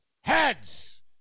heads